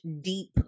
deep